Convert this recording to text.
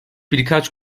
birkaç